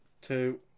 two